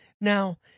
Now